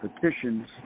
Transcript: petitions